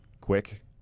quick